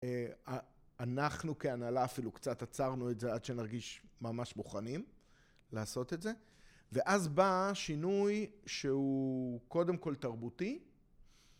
אנחנו כהנהלה אפילו קצת עצרנו את זה עד שנרגיש ממש מוכנים לעשות את זה ואז בא שינוי שהוא קודם כל תרבותי